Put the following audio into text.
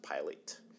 Pilate